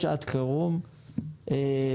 הצבעה בעד,